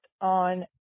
on